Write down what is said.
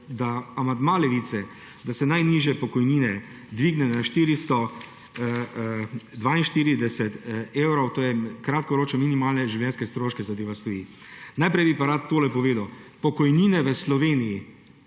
da se najnižje pokojnine dvignejo na 442 evrov, to je kratkoročne minimalne življenjske stroške, zadeva stoji. Najprej bi pa rad tole povedal. Pokojnine v Sloveniji